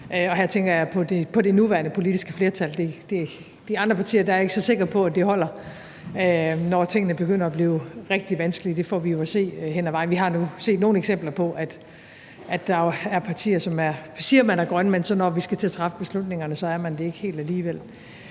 her tænker jeg på det nuværende politiske flertal. Jeg er ikke så sikker på, at det for de andre partiers vedkommende holder, når tingene begynder at blive rigtig vanskelige, men det får vi jo at se hen ad vejen. Vi har nu set nogle eksempler på, at der jo er partier, som siger de er grønne, men når vi så skal til at træffe beslutningerne, er de det ikke helt alligevel.